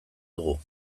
dugu